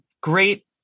great